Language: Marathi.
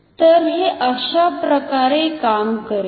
तर हे अशाप्रकारे काम करेल